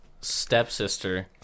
stepsister